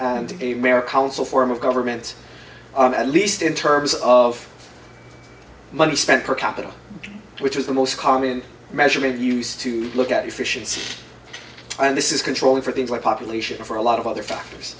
and a mayor council form of government at least in terms of money spent per capita which was the most common measurement used to look at efficiency and this is controlling for things like population for a lot of other factors